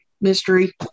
mystery